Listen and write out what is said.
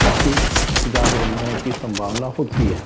काफ़ी सुधार होने की संभावना होती है